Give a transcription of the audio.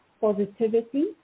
positivity